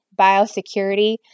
biosecurity